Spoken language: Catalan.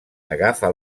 agafa